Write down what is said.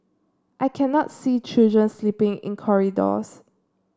I cannot see children sleeping in corridors